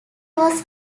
was